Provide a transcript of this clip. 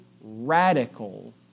radical